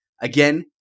Again